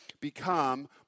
become